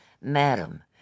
Madam